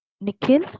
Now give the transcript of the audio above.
Nikhil